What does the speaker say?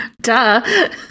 Duh